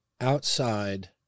outside